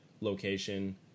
location